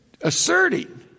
asserting